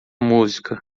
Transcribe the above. música